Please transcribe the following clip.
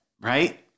Right